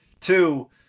Two